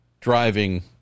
driving